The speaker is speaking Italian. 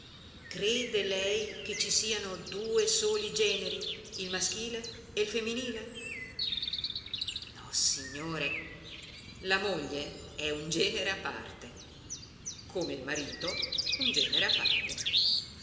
crede lei che ci siano due soli generi il maschile e il femminile nossignore la moglie è un genere a parte come il marito un genere a parte